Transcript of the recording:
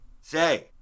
Say